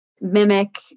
mimic